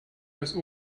das